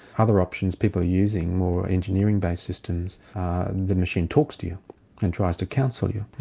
other options people are using more engineering based systems the machine talks to you and tries to counsel you.